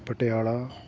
Patiala